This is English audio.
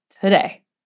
today